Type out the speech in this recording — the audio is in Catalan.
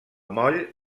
moll